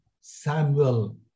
Samuel